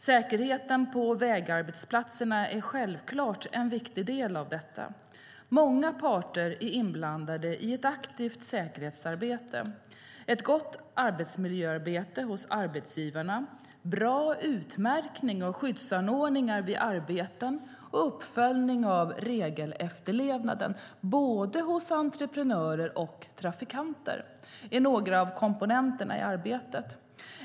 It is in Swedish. Säkerheten på vägarbetsplatserna är självklart en viktig del av detta. Många parter är inblandade i ett aktivt säkerhetsarbete. Ett gott arbetsmiljöarbete hos arbetsgivarna, bra utmärkning och skyddsanordningar vid arbeten samt uppföljning av regelefterlevnaden - hos både entreprenörer och trafikanter - är några av komponenterna i arbetet.